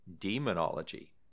demonology